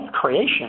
creation